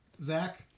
Zach